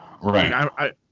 Right